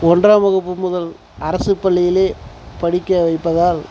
ஒன்றாம் வகுப்பு முதல் அரசுப்பள்ளியில் படிக்க வைப்பதால்